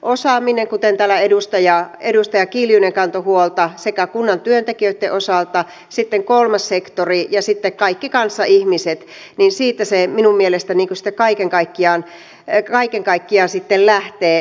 osaamisesta kuten täällä edustaja kiljunen kantoi huolta sekä kunnan työntekijöitten osalta että sitten kolmannen sektorin ja kaikkien kanssaihmisten siitä se minun mielestäni kaiken kaikkiaan sitten lähtee